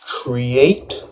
Create